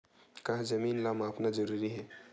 का जमीन ला मापना जरूरी हे?